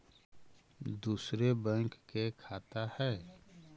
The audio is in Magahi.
दुसरे बैंक के खाता हैं?